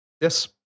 Yes